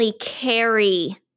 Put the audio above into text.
carry